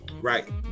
right